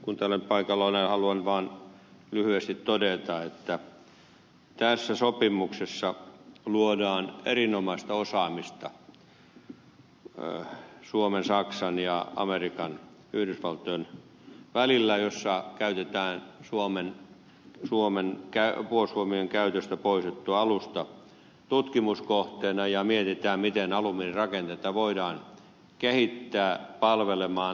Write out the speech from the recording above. kun täällä nyt paikalla olen niin haluan vaan lyhyesti todeta että tässä sopimuksessa luodaan erinomaista osaamista suomen saksan ja amerikan yhdysvaltojen välillä jossa käytetään suomen puolustusvoimien käytöstä poistettua alusta tutkimuskohteena ja mietitään miten alumiinirakenteita voidaan kehittää palvelemaan laivarakennuksessa